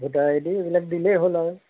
voter ID এইবিলাক দিলেই হ'ল আৰু